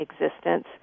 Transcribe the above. existence